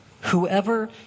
Whoever